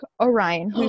orion